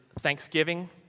thanksgiving